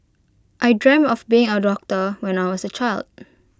I dreamt of being A doctor when I was A child